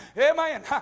Amen